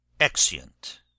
Exeunt